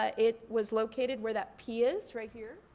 ah it was located where that p is right here.